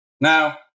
Now